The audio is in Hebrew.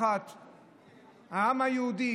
בפתיחת הוועדה,